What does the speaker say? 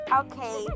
okay